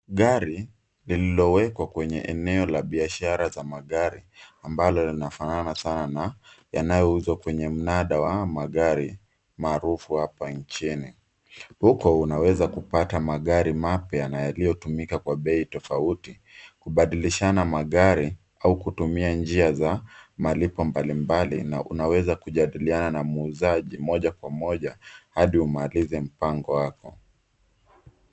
Gari lililowekwa kwenye eneo la biashara za magari, ambalo linafanana sana na yanayouzwa kwenye mnada wa magari maarufu hapa nchini. Huko unaweza kupata magari mapya na yaliyotumika kwa bei tofauti. Kubadilishana magari, au kutumia njia za malipo mbalimbali, na unaweza kujadiliana na muuzaji moja kwa moja hadi umalize mpango wako.